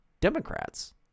Democrats